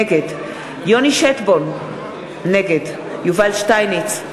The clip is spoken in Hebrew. נגד יוני שטבון, נגד יובל שטייניץ,